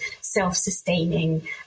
self-sustaining